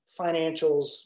financials